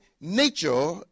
nature